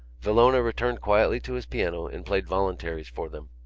villona returned quietly to his piano and played voluntaries for them.